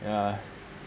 yeah